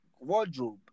wardrobe